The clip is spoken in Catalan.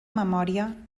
memòria